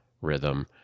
Rhythm